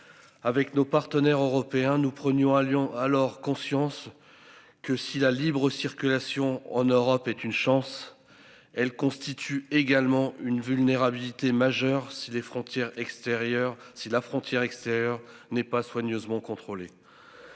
Avec nos partenaires européens nous prenions à Lyon alors conscience. Que si la libre circulation en Europe est une chance. Elle constitue également une vulnérabilité majeure si les frontières extérieures si la frontière extérieure